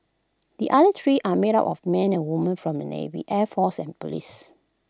the other three are made up of men and women from the navy air force and Police